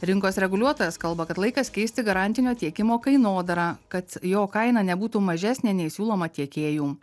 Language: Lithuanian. rinkos reguliuotojas kalba kad laikas keisti garantinio tiekimo kainodarą kad jo kaina nebūtų mažesnė nei siūloma tiekėjų